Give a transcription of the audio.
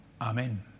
Amen